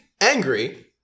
Angry